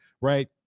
right